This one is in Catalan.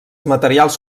materials